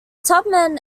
tubman